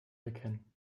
erkennen